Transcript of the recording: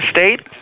State